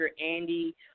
Andy